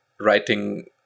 writing